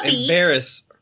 embarrass